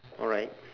alright